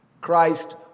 Christ